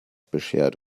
beschert